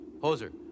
hoser